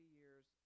years